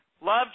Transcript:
love